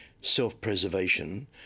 self-preservation